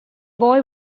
boy